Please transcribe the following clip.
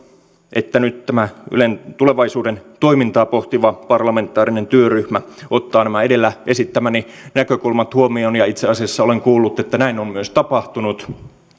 että nyt tämä ylen tulevaisuuden toimintaa pohtiva parlamentaarinen työryhmä ottaa nämä edellä esittämäni näkökulmat huomioon ja itse asiassa olen kuullut että näin on myös tapahtunut